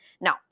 Now